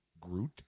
Groot